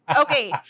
Okay